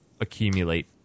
accumulate